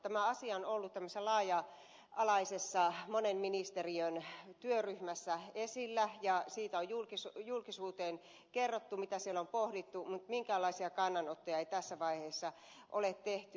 tämä asia on ollut tämmöisessä laaja alaisessa monen ministeriön työryhmässä esillä ja siitä on julkisuuteen kerrottu mitä siellä on pohdittu mutta minkäänlaisia kannanottoja ei tässä vaiheessa ole tehty